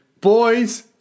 boys